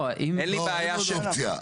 אין עוד אופציה.